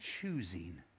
choosing